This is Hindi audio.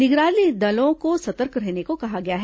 निगरानी दलों को सतर्क रहने को कहा गया है